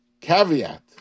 caveat